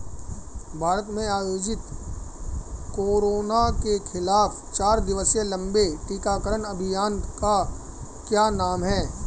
भारत में आयोजित कोरोना के खिलाफ चार दिवसीय लंबे टीकाकरण अभियान का क्या नाम है?